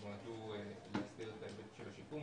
שנועדו להסדיר את ההיבט של השיקום,